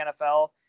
NFL